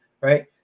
Right